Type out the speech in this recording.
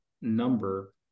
number